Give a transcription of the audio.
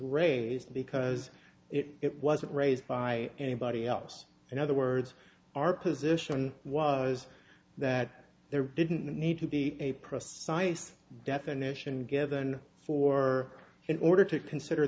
raised because it wasn't raised by anybody else in other words our position was that there didn't need to be a precise definition given for in order to consider